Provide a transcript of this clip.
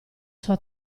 sua